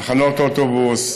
תחנות אוטובוס,